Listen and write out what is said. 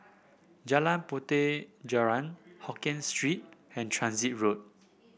Jalan Puteh Jerneh Hokkien Street and Transit Road